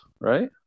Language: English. right